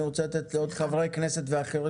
אני רוצה לתת לעוד חברי כנסת לדבר.